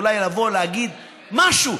אולי לבוא להגיד משהו,